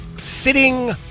Sitting